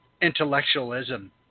intellectualism